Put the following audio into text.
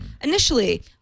initially